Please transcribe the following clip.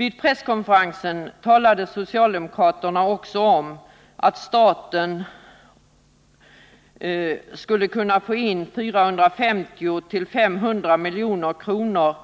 I en presskonferens talade socialdemokraterna också om att staten skulle kunna få in 450-500 milj.kr.,